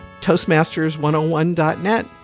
toastmasters101.net